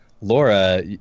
Laura